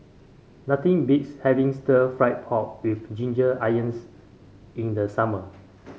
nothing beats having Stir Fried Pork with Ginger Onions in the summer